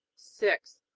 six.